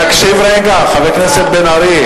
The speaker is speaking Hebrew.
תקשיב רגע, חבר הכנסת בן-ארי.